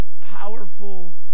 powerful